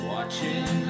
Watching